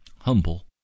Humble